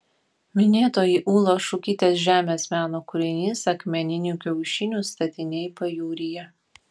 minėtoji ūlos šukytės žemės meno kūrinys akmeninių kiaušinių statiniai pajūryje